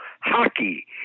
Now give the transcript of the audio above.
hockey